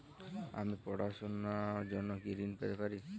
আমি পড়াশুনার জন্য কি ঋন পেতে পারি?